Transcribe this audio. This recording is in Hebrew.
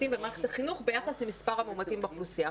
במערכת החינוך ביחס למספר המאומתים באוכלוסייה.